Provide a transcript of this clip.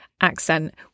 accent